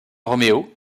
roméo